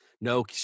No